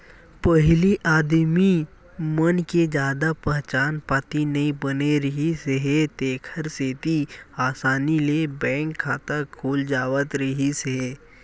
पहिली आदमी मन के जादा पहचान पाती नइ बने रिहिस हे तेखर सेती असानी ले बैंक खाता खुल जावत रिहिस हे